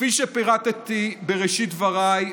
כפי שפירטתי בראשית דבריי,